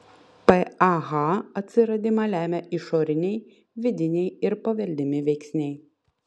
pah atsiradimą lemia išoriniai vidiniai ir paveldimi veiksniai